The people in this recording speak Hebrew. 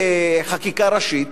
בחקיקה ראשית,